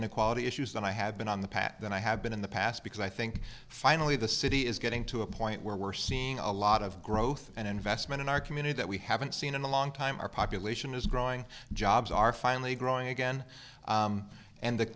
inequality issues than i have been on the path that i have been in the past because i think finally the city is getting to a point where we're seeing a lot of growth and investment in our community that we haven't seen in a long time our population is growing jobs are finally growing again and the